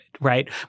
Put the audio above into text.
right